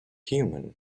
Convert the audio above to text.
human